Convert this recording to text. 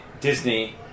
Disney